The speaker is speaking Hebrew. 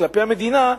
כלפי המדינה,